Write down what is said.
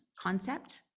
concept